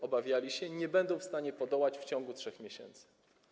Obawiali się nie będą w stanie im podołać w ciągu 3 miesięcy.